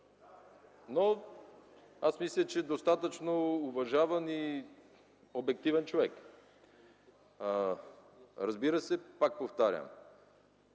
Аз мисля, че е достатъчно уважаван и обективен човек. Разбира се, пак повтарям,